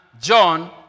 John